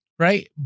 Right